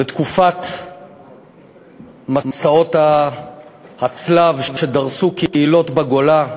בתקופת מסעות הצלב שדרסו קהילות בגולה,